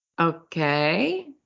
Okay